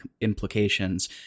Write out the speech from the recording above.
implications